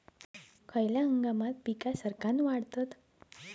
खयल्या हंगामात पीका सरक्कान वाढतत?